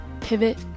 pivot